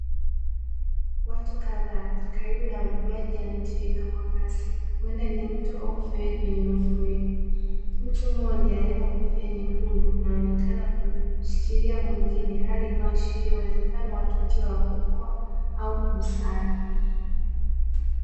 Watu kadhaa karibu na maji yanayotiririka kwa kasi, huenda ni mto au mfereji wenye mafuriko. Mtu mmoja aliyevaa kofia nyekundu anaonekana kumshikilia mwingine, hali inayoashiria uwezekano wa tukio la kuokoa au msaada.